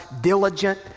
diligent